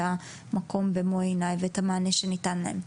המקום במו עיני ואת המענה שניתן להם.